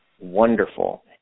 wonderful